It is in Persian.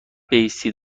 بایستید